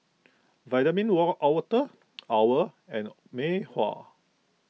Vitamin Water Owl and Mei Hua